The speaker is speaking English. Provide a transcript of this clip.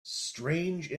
strange